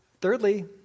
Thirdly